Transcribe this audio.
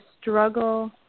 struggle